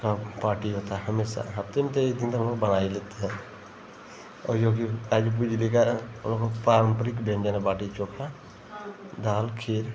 की पार्टी होती है हमेशा हफ़्ते में तो एक दिन तो हमलोग बना ही लेते हैं और जोकि गाज़ीपुर जिले का ओह पारम्परिक व्यंजन है बाटी चोख़ा दाल खीर